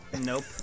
Nope